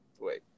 wait